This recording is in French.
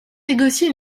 négocié